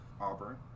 Auburn